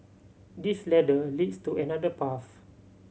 this ladder leads to another path